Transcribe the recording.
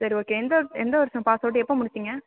சரி ஓகே எந்த எந்த வருஷம் பாஸ் அவுட்டு எப்போ முடிச்சீங்க